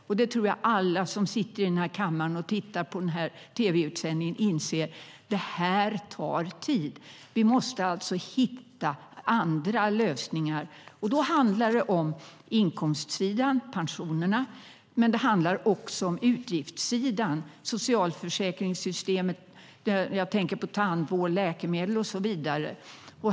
Jag tror att alla som sitter i den här kammaren och alla som tittar på tv-utsändningen inser att detta tar tid. Vi måste alltså hitta andra lösningar. Då handlar det om inkomstsidan och pensionerna, men det handlar också om utgiftssidan. Jag tänker på socialförsäkringssystemet, tandvård, läkemedel och så vidare.